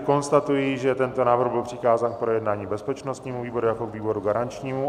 Konstatuji, že tento návrh byl přikázán k projednání bezpečnostnímu výboru jako výboru garančnímu.